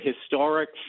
historic